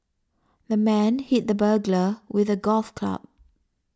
the man hit the burglar with a golf club